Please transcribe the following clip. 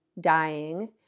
dying